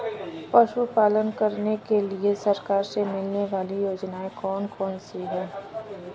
पशु पालन करने के लिए सरकार से मिलने वाली योजनाएँ कौन कौन सी हैं?